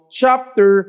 chapter